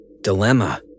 Dilemma